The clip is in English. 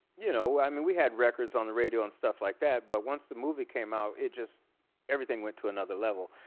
you know, i mean, we had records on the radio and stuff like that but once the movie came out it just everything went to another level.